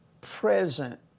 present